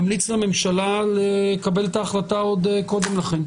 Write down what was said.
ממליץ לממשלה לקבל את ההחלטה עוד קודם לכן.